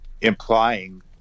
implying